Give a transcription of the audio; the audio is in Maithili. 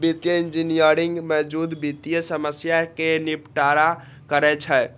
वित्तीय इंजीनियरिंग मौजूदा वित्तीय समस्या कें निपटारा करै छै